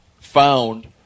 found